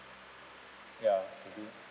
ya to do